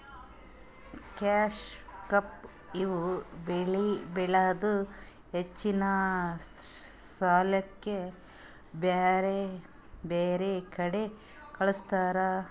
cash crop ಇವ್ ಬೆಳಿ ಬೆಳದು ಹೆಚ್ಚಿನ್ ಸಾಲ್ಯಾಕ್ ಬ್ಯಾರ್ ಬ್ಯಾರೆ ಕಡಿ ಕಳಸ್ತಾರ್